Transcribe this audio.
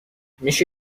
میشه